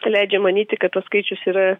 leidžia manyti kad tas skaičius yra